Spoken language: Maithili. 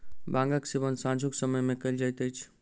भांगक सेवन सांझुक समय मे कयल जाइत अछि